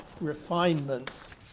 refinements